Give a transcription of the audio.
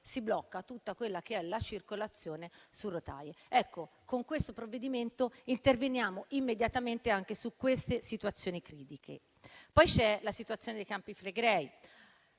il blocco di tutta la circolazione su rotaie. Con questo provvedimento interveniamo immediatamente anche su queste situazioni critiche. Poi c'è la situazione dei Campi Flegrei